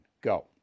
Go